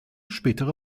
spätere